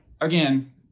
again